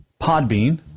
Podbean